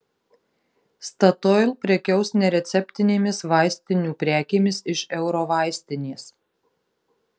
statoil prekiaus nereceptinėmis vaistinių prekėmis iš eurovaistinės